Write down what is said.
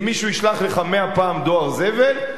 אם מישהו ישלח לך מאה פעם דואר זבל,